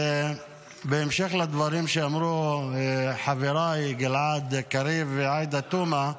בהמשך לדברים שאמרו חבריי גלעד קריב ועאידה תומא,